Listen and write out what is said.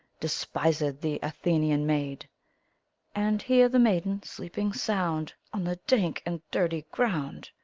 despised the athenian maid and here the maiden, sleeping sound, on the dank and dirty ground.